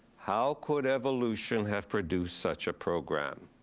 how could evolution have produced such a program?